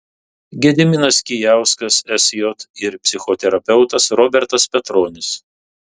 gediminas kijauskas sj ir psichoterapeutas robertas petronis